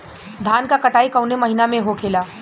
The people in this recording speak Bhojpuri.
धान क कटाई कवने महीना में होखेला?